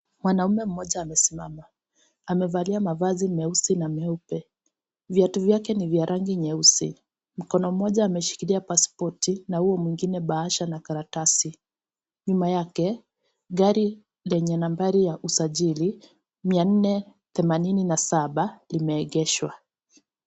Mwanaume mmoja amesimama amevalia mavazi meusi na meupe, viatu vyake ni vya rangi nyeusi ,mkono mmoja ameshikilia pasipoti na huo mwingine bahasha ya karatasi ,nyuma yake, gari lenye nambari ya usajili 487 limeegheshwa.